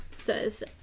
says